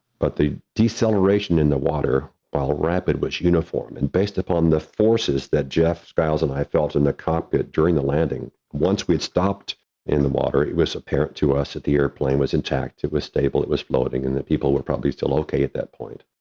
but the deceleration in the water, while rapid, was uniform, and based upon the forces that jeff skiles and i felt in the cockpit during the landing. once we stopped in the water, it was apparent to us that the airplane was intact, it was stable, it was floating, and that people were probably still okay at that point.